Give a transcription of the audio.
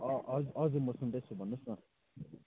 हजुर हजुर म सुन्दैछु भन्नुहोस् न